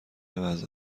وضع